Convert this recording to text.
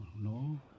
No